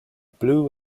blew